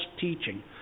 teaching